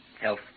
Health